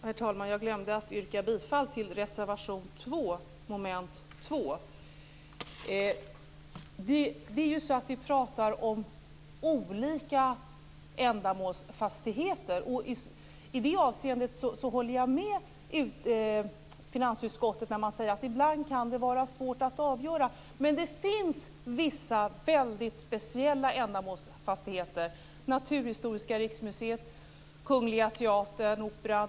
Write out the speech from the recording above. Herr talman! Jag glömde att yrka bifall till reservation 2 under mom. 2. Vi pratar om olika ändamålsfastigheter. Jag håller med finansutskottet när man säger att det ibland kan vara svårt att avgöra. Men det finns vissa väldigt speciella ändamålsfastigheter, t.ex. Naturhistoriska riksmuseet, Kungliga teatern, dvs.